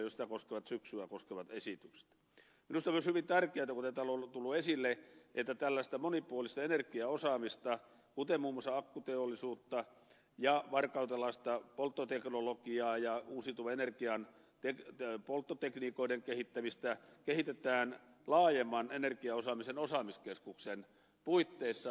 minusta on myös hyvin tärkeätä kuten täällä on tullut esille että tällaista monipuolista energiaosaamista kuten muun muassa akkuteollisuutta ja varkautelaista polttoteknologiaa ja uusiutuvan energian polttotekniikoiden kehittämistä jatketaan laajemman energiaosaamisen osaamiskeskuksen puitteissa